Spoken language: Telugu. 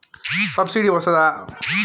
సబ్సిడీ వస్తదా?